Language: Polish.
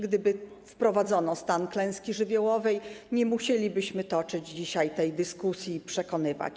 Gdyby wprowadzono stan klęski żywiołowej, nie musielibyśmy toczyć dzisiaj tej dyskusji i się przekonywać.